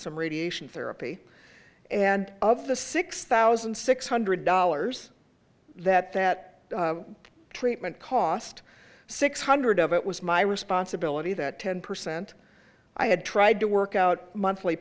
some radiation therapy and of the six thousand six hundred dollars that that treatment cost six hundred of it was my responsibility that ten percent i had tried to work out monthly